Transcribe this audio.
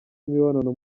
imibonano